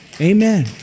Amen